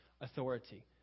authority